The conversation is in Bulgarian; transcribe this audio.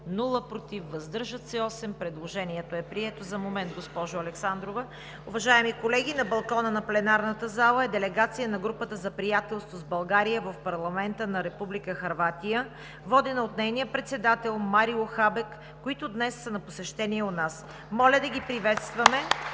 против няма, въздържали се 8. Предложението е прието. Уважаеми колеги, на балкона на пленарната зала е делегация на Групата за приятелство с България в парламента на Република Хърватия, водена от нейния председател Марио Хабек, които днес са на посещение у нас. Моля да ги приветстваме